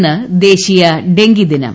ഇന്ന് ദേശീയ ഡെങ്കി ദിനം